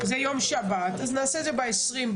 יוצא שבת, אז נעשה את זה ב-20.6.